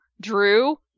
drew